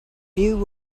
view